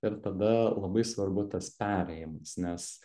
ir tada labai svarbu tas perėjimas nes